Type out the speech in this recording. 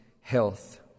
health